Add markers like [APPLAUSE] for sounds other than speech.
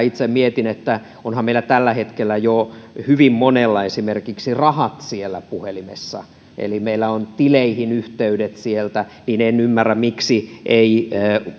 [UNINTELLIGIBLE] itse mietin että onhan meillä tällä hetkellä jo hyvin monella esimerkiksi rahat siellä puhelimessa eli meillä on tileihin yhteydet sieltä niin en ymmärrä miksi ei